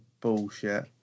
bullshit